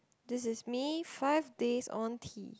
this is me five days on T